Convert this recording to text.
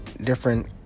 different